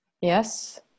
Yes